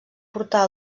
portar